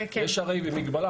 יש הרי מגבלה.